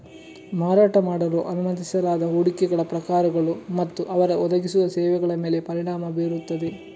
ಮಾರಾಟ ಮಾಡಲು ಅನುಮತಿಸಲಾದ ಹೂಡಿಕೆಗಳ ಪ್ರಕಾರಗಳು ಮತ್ತು ಅವರು ಒದಗಿಸುವ ಸೇವೆಗಳ ಮೇಲೆ ಪರಿಣಾಮ ಬೀರುತ್ತದೆ